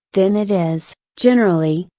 then it is, generally,